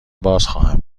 بازخواهم